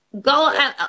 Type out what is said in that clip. Go